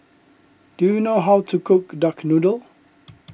do you know how to cook Duck Noodle